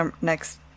next